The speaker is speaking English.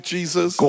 Jesus